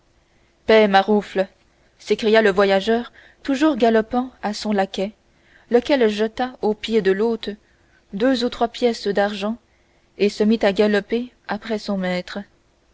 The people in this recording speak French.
paie maroufle s'écria le voyageur toujours galopant à son laquais lequel jeta aux pieds de l'hôte deux ou trois pièces d'argent et se mit à galoper après son maître